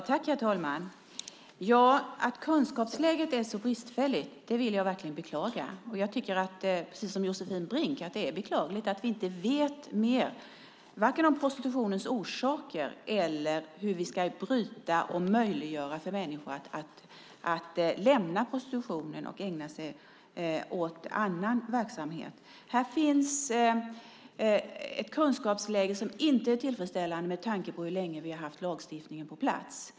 Herr talman! Att kunskapsläget är så bristfälligt vill jag verkligen beklaga. Jag tycker, precis som Josefin Brink, att det är beklagligt att vi inte vet mer om vare sig prostitutionens orsaker eller hur vi ska möjliggöra för människor att lämna prostitutionen och ägna sig åt annan verksamhet. Här finns ett kunskapsläge som inte är tillfredsställande med tanke på hur länge vi har haft lagstiftningen på plats.